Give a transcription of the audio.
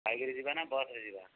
ବାଇକ୍ରେ ଯିବା ନା ବସ୍ରେ ଯିବା